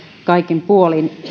kaikin puolin